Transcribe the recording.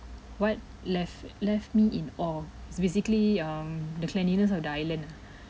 what left left me in awe is basically um the cleanliness of the island ah